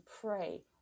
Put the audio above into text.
pray